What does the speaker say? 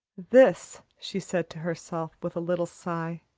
this, she said to herself, with a little sigh,